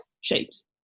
shapes